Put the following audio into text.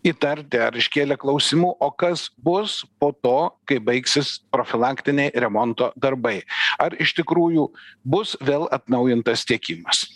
įtarti ar iškėlė klausimų o kas bus po to kai baigsis profilaktiniai remonto darbai ar iš tikrųjų bus vėl atnaujintas tiekimas